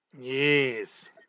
Yes